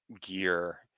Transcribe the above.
gear